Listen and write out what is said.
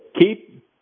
Keep